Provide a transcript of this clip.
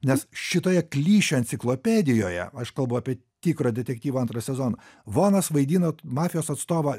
nes šitoje klišių enciklopedijoje aš kalbu apie tikro detektyvo antrą sezoną vonas vaidino mafijos atstovą